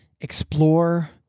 explore